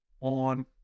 on